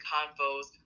Convos